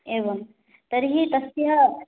एवं तर्हि तस्य